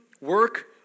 Work